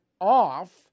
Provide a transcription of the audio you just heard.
off